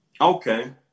Okay